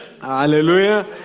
Hallelujah